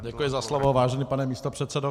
Děkuji za slovo, vážený pane místopředsedo.